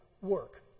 work